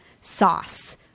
Sauce